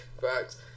Facts